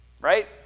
right